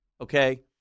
okay